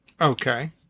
Okay